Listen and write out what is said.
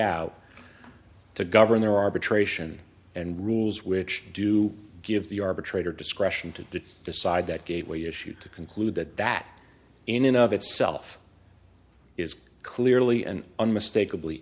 out to govern their arbitration and rules which do give the arbitrator discretion to decide that gateway issue to conclude that that in and of itself is clearly and unmistak